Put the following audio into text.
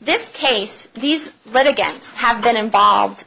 this case these right against have been involved